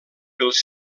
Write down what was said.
pels